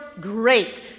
great